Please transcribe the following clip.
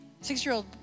six-year-old